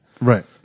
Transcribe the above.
Right